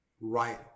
right